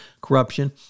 corruption